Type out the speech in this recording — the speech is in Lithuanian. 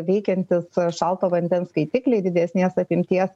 veikiantys šalto vandens skaitikliai didesnės apimties